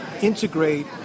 integrate